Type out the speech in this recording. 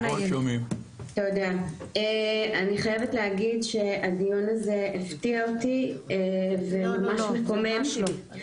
אני חייבת להגיד שהדיון הזה הפתיע אותי וממש מקומם אותי.